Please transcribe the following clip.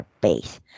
Base